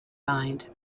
mind